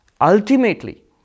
Ultimately